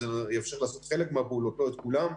זה יאפשר לעשות חלק מהפעולות, לא את כולן.